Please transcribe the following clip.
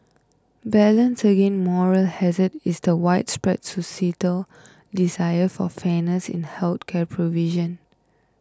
balanced against moral hazard is the widespread societal desire for fairness in health care provision